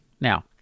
Now